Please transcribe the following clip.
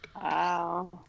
Wow